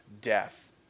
death